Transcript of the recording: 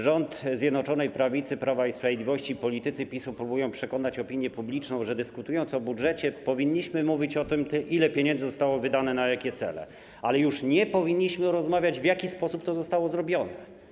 Rząd Zjednoczonej Prawicy Prawa i Sprawiedliwości, politycy PiS-u próbują przekonać opinię publiczną, że dyskutując o budżecie, powinniśmy mówić o tym, ile pieniędzy zostało wydane na jakie cele, ale już nie powinniśmy rozmawiać o tym, w jaki sposób to zostało zrobione.